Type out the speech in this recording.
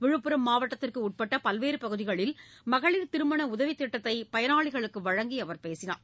விழுப்புரம் மாவட்டத்திற்கு உட்பட்ட பல்வேறு பகுதிகளில் மகளிர் திருமண உதவித் திட்டத்தை பயனாளிகளுக்கு வழங்கி அவர் பேசினார்